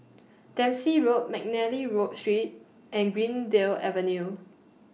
Dempsey Road Mcnally Road Street and Greendale Avenue